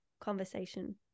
conversation